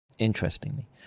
Interestingly